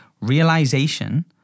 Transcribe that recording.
Realization